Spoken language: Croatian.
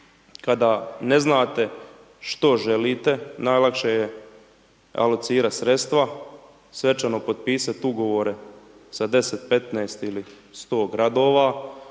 kada ne znate što želite, najlakše je alocirati sredstva, svečano potpisati ugovore sa 10, 15 ili 100 gradova,